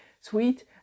sweet